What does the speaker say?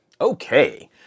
Okay